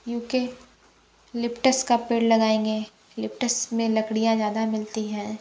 क्योंकि लिप्टस का पेड़ लगाएंगे लिप्टस में लकड़ियाँ ज़्यादा मिलती हैं